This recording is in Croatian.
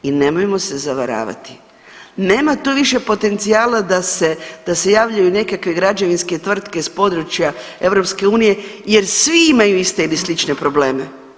I nemojmo se zavaravati, nema to više potencijala da se, da se javljaju nekakve građevinske tvrtke s područja EU jer svi imaju iste ili slične probleme.